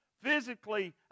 Physically